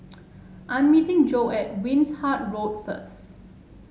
I'm meeting Joe at Wishart Road first